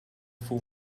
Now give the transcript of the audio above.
full